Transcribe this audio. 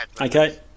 Okay